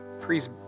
please